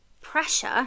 pressure